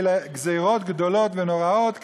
גזירות גדולות ונוראות,